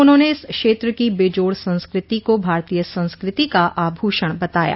उन्होंने इस क्षेत्र को बेजोड़ संस्कति को भारतीय संस्कृति का आभूषण बताया